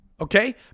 Okay